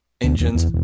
Engines